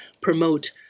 promote